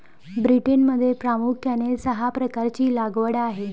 ब्रिटनमध्ये प्रामुख्याने सहा प्रकारची लागवड आहे